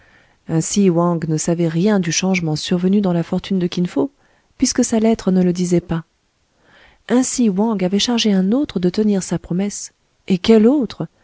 ainsi wang ne savait rien du changement survenu dans la fortune de kin fo puisque sa lettre ne le disait pas ainsi wang avait chargé un autre de tenir sa promesse et quel autre